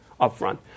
upfront